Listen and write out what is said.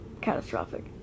catastrophic